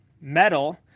metal